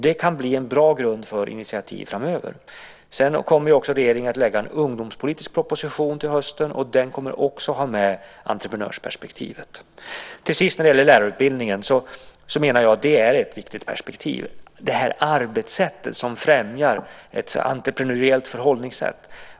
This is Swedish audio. Det kan bli en bra grund för initiativ framöver. Sedan kommer regeringen att lägga fram en ungdomspolitisk proposition till hösten, och den kommer också att ha med entreprenörskapsperspektivet. När det till sist gäller lärarutbildningen är den ett viktigt perspektiv - det arbetssätt som främjar ett entreprenöriellt förhållningssätt.